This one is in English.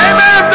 Amen